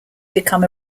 become